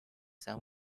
san